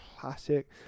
Classic